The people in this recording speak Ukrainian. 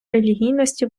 релігійності